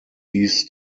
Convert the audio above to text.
dies